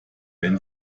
wenn